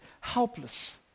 helpless